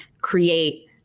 create